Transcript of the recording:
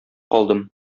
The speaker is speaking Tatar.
калдым